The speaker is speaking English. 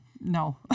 No